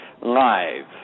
live